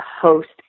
host